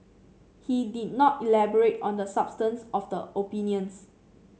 he did not elaborate on the substance of the opinions